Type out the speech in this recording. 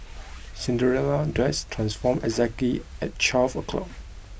Cinderella dress transformed exactly at twelve o'clock